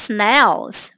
Snails 。